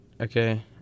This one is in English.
Okay